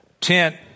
tent